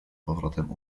powrotem